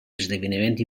esdeveniment